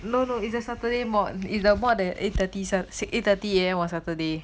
no no it's a saturday mod is the mod that is eight thirty A_M on saturday